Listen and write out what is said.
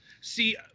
See